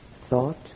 thought